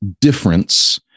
difference